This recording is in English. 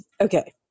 Okay